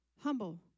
humble